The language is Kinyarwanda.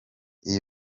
iyi